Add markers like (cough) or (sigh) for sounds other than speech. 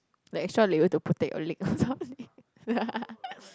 like extra layer to protect your leg or something ya (laughs)